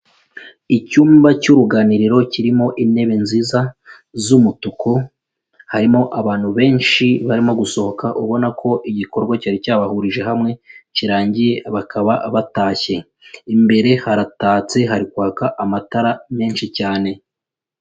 Icyumba cy'uruganiriro kirimo intebe nziza z'umutuku, harimo abantu benshi barimo gusohoka ubona ko igikorwa cyari cyabahurije hamwe kirangiye bakaba batashye, imbere haratatse hari kwaka amatara menshi cyane.